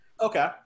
okay